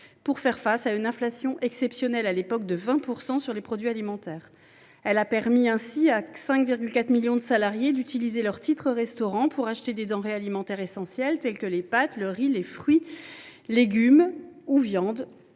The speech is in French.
pour faire face à une inflation exceptionnelle de 20 % sur les produits alimentaires. Elle a permis à 5,4 millions de salariés d’utiliser leurs titres restaurant pour acheter des denrées alimentaires essentielles, telles que les pâtes, le riz, les fruits et les légumes ou encore